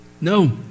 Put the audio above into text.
no